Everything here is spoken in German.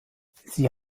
sie